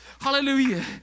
hallelujah